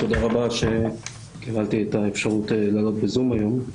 תודה רבה שקיבלתי את האפשרות לעלות בזום היום.